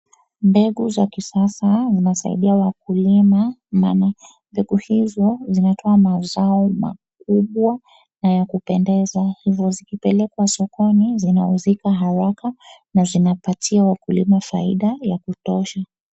Mbegu za kisasa zinasaidia wakulima, maana mbegu hizo zinatoa mazao makubwa na ya kupendeza, hivo zikipelekwa sokoni zinauzika haraka na zinapatia wakulima faida ya kutosha.